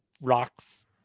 rocks